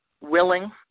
willing